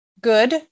good